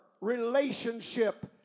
Relationship